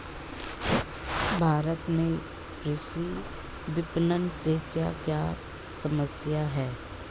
भारत में कृषि विपणन से क्या क्या समस्या हैं?